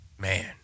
man